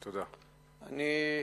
אדוני,